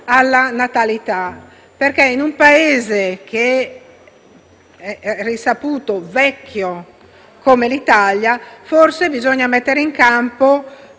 alla natalità. In un Paese - è risaputo - vecchio come l'Italia, bisogna mettere in campo